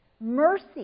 mercy